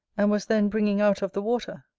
and was then bringing out of the water.